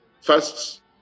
first